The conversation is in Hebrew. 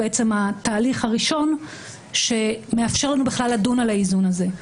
הוא בעצם התהליך הראשון שמאפשר לנו בכלל לדון באיזון הזה.